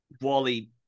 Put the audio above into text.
Wally